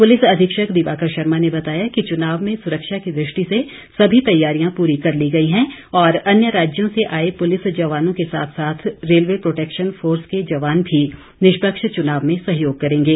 police अधीक्षक दिवाकर शर्मा ने बताया कि चुनाव में सुरक्षा की दृष्टि से सभी तैयारियां पूरी कर ली गई है और अन्य राज्यों से आए पुलिस जवानों के साथ साथ रेलवे प्रोटेक्शन फोर्स के जवान भी निष्पक्ष चुनाव में सहयाग करेंगे